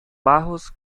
bajos